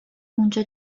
اونجا